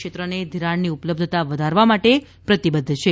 ક્ષેત્રને ધિરાણની ઉપલબ્ધા વધારવા માટે પ્રતિબધ્ધ છે